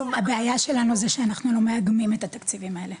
הבעיה שלנו זה שאנחנו לא מעגנים את התקציבים האלה,